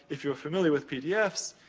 if you're familiar with pdfs,